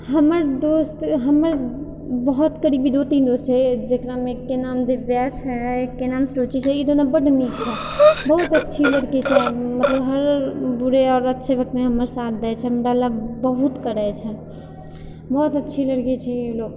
हमर दोस्त हमर बहुत करीबी दू तीन दोस्त छै जकरामे एकके नाम दिव्या छै एकके नाम सुरुचि छै ई दुनू बड्ड नीक छै बहुत अच्छी लड़की छै मतलब हर बुरे आओर अच्छे वक्तमे हमर साथ दै छै हमरा लए बहुत करै छै बहुत अच्छी लड़की छै ई लोग